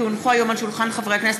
כי הונחו היום על שולחן הכנסת,